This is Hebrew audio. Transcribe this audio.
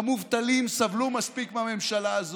המובטלים סבלו מספיק מהממשלה הזאת.